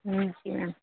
जी ma'am